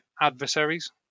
adversaries